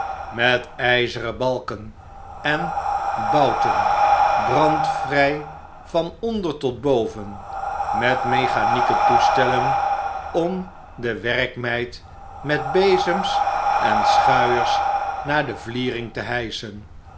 met ijzeren balken en bouten brandvrij van onder tot boven met mechanieke toestellen om de werkmeid met bezems en schuiers naar de vliering te hijschen